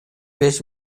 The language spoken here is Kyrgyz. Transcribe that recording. беш